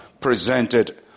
presented